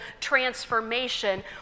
transformation